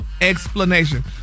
explanation